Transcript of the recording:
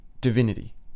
divinity